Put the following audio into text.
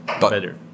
better